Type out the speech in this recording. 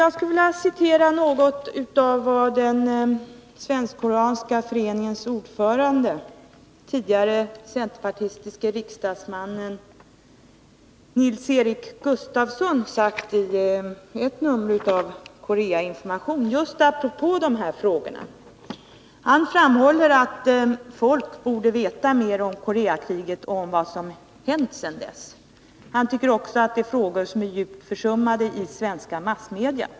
Jag skulle vilja citera något av vad den Svensk-koreanska föreningens ordförande — tidigare centerpartistiske riksdagsmannen Nils-Eric Gustafsson — sagt i ett nummer av Koreainformation just apropå de här frågorna. Han framhåller att folk borde veta mer om Koreakriget och om vad som hänt sedan dess. Han tycker också att dessa frågor är djupt försummade i svenska massmedia.